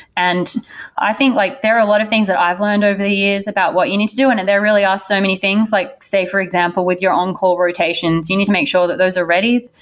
and i think like there are a lot of things that i've learned over years about what you need to do and and there really are so many things like, say for example, with your on-call rotations, you need to make sure those are ready,